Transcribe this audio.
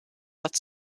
but